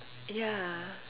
ya